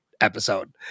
episode